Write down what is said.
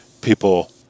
people